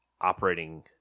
operating